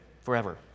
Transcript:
forever